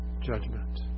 judgment